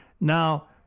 now